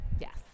Yes